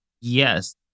Yes